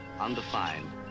undefined